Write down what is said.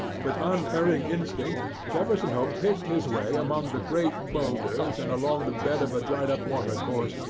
with unerring instinct jefferson hope picked his way among the great boulders and along the bed of a dried-up watercourse,